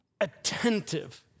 attentive